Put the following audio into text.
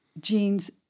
genes